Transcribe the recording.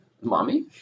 Mommy